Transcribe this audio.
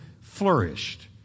flourished